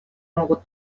могут